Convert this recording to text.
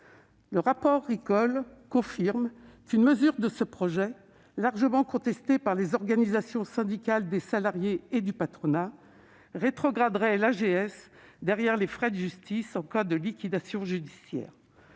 Le rapport Ricol confirme qu'une mesure de ce projet, largement contestée par les organisations syndicales des salariés et du patronat, rétrograderait l'AGS derrière les frais de justice en cas de liquidation judiciaire.